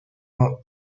vont